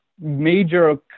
major